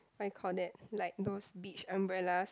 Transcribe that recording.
what you call it like those beach umbrellas